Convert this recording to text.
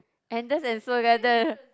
Anders and Seoul Garden